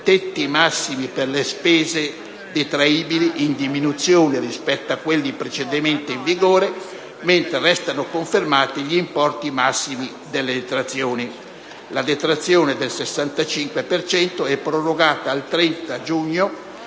tetti massimi per le spese detraibili inferiori rispetto a quelli precedentemente in vigore, mentre restano confermati gli importi massimi delle detrazioni. La detrazione del 65 per cento è prorogata al 30 giugno